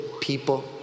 people